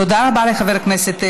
תודה רבה לחבר הכנסת